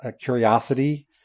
curiosity